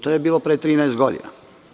To je bilo pre 13 godina.